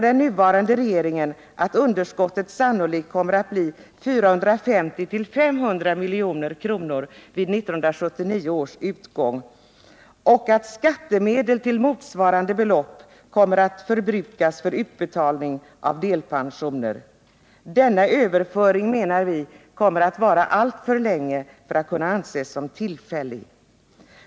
Den nuvarande regeringen beräknar nu att underskottet sannolikt kommer att bli 450-500 milj.kr. vid 1979 års utgång och att skattemedel till motsvarande belopp kommer att förbrukas för utbetalning av delpensioner. Denna överföring menar vi kommer att vara alltför länge för att kunna anses som tillfällig.